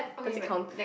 does it count